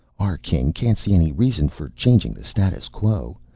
our king can't see any reason for changing the status quo.